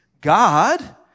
God